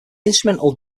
instrumental